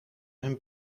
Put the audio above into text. hun